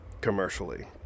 commercially